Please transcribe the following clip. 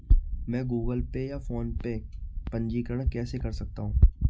मैं Google Pay या PhonePe में पंजीकरण कैसे कर सकता हूँ?